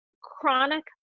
chronic